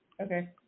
okay